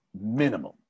minimum